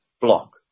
block